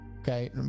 okay